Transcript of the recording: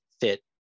fit